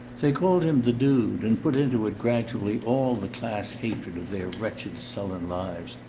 they called him the dude, and put into it gradually all the class hatred of their wretched sullen lives.